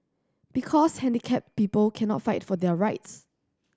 because handicapped people cannot fight for their rights